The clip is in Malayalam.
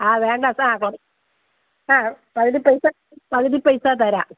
ആ വേണ്ട അതാ ആ പകുതി പൈസ പകുതി പൈസാ തരാം